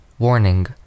Warning